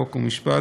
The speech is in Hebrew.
חוק ומשפט,